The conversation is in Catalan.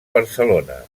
barcelona